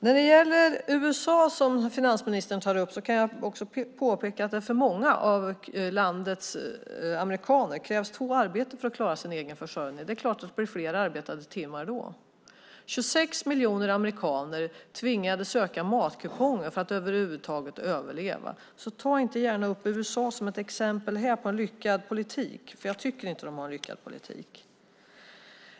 När det gäller USA som finansministern tar upp kan jag också påpeka att det för många av landets amerikaner krävs två arbeten för att klara sin egen försörjning. Det är klart att det då blir fler arbetade timmar. 26 miljoner amerikaner tvingades söka matkuponger för att över huvud taget överleva. Ta inte gärna upp USA som ett exempel på en lyckad politik, för jag tycker inte att de har en lyckad politik!